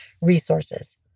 resources